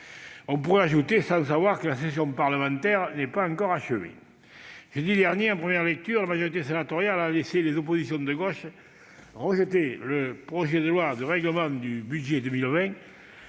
On pourrait ajouter : sans savoir que la session parlementaire n'est pas encore achevée. Jeudi dernier, en première lecture, la majorité sénatoriale a laissé les oppositions de gauche rejeter le projet de loi de règlement du budget 2020.